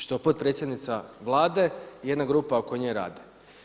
Što potpredsjednica Vlade i jedna grupa oko nje rade.